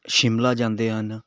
ਸ਼ਿਮਲਾ ਜਾਂਦੇ ਹਨ